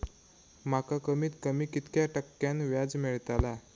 माका कमीत कमी कितक्या टक्क्यान व्याज मेलतला?